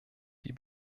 die